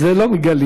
את זה לא מגלים.